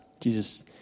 Jesus